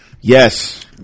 Yes